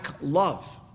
love